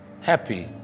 happy